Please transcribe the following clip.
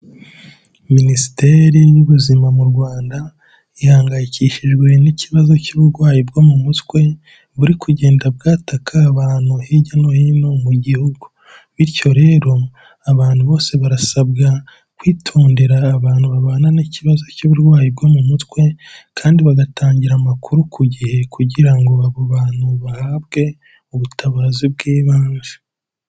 Minisiteri y'Ubuzima mu Rwanda ihangayikishijwe n'ikibazo cy'uburwayi bwo mu mutwe buri kugenda bwataka abantu hirya no hino mu gihugu, bityo rero abantu bose barasabwa kwitondera abantu babana n'ikibazo cy'uburwayi bwo mu mutwe kandi bagatangira amakuru ku gihe kugira ngo abo bantu bahabwe ubutabazi bw'ibanze.